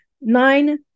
nine